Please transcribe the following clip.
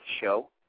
show